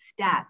stats